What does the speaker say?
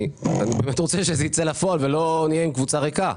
באמת רוצה שזה יצא לפועל ולא נהיה עם קבוצה ריקה.